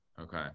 Okay